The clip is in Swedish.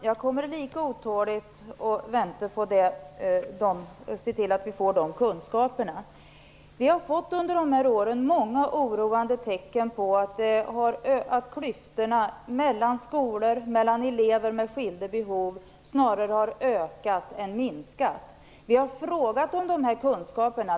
Herr talman! Jag kommer att vänta lika otåligt på att vi skall få dessa kunskaper. Under dessa år har vi fått många oroande tecken på att klyftorna mellan skolor och mellan elever med skilda behov snarare har ökat än minskat. Vi har frågat om dessa kunskaper.